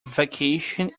vacation